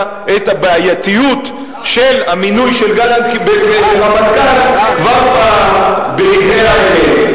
את הבעייתיות של המינוי של גלנט לרמטכ"ל כבר ברגע האמת.